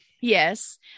Yes